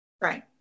Right